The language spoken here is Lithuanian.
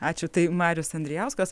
ačiū tai marius andrijauskas